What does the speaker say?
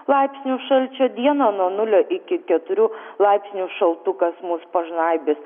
laipsnių šalčio dieną nuo nulio iki keturių laipsnių šaltukas mus pažnaibis